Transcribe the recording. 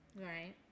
Right